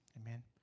Amen